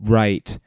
right